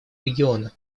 региона